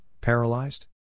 paralyzed